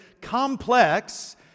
complex